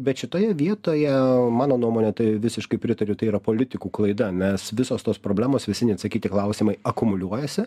bet šitoje vietoje mano nuomone tai visiškai pritariu tai yra politikų klaida mes visos tos problemos visi neatsakyti klausimai akumuliuojasi